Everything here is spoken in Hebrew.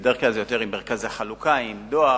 בדרך כלל זה עם מרכזי חלוקה, עם דואר,